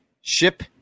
Ship